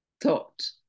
thought